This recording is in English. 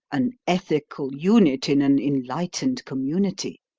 an ethical unit in an enlightened community.